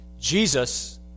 Jesus